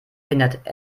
verhindert